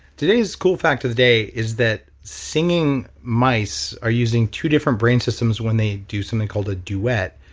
today's cool fact of the day is that singing mice are using two different brain systems when they do something called a duet.